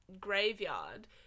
Graveyard